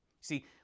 See